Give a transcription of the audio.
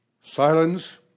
silence